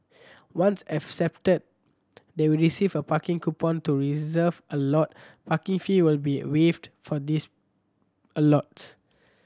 once accepted they will receive a parking coupon to reserve a lot Parking fees will be waived for these a lots